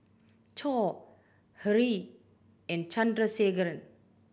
Choor Hri and Chandrasekaran